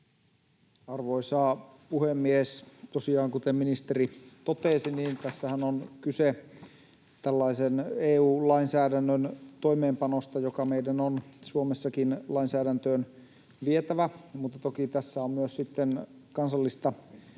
Arvoisa puhemies! Tosiaan, kuten ministeri totesi, tässähän on kyse tällaisen EU-lainsäädännön toimeenpanosta, joka meidän on Suomessakin lainsäädäntöön vietävä, mutta toki tässä on myös kansallista